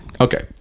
okay